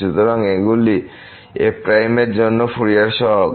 সুতরাং এগুলি f এর জন্য ফুরিয়ার সহগ